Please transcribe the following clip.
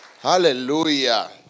Hallelujah